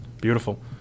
Beautiful